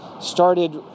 started